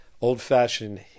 old-fashioned